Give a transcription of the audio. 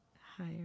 Higher